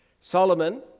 Solomon